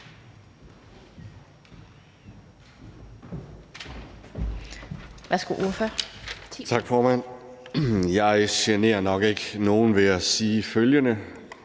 Tak, formand. Jeg generer nok ikke nogen ved at sige følgende: